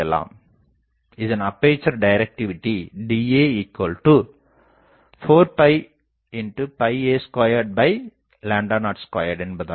இதன் அப்பேசர் டிரக்டிவிடி DA4 02என்பதாகும்